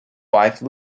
wife